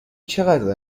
چقدر